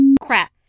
crap